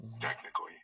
Technically